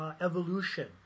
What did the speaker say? Evolution